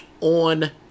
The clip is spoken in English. on